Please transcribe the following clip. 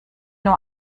nur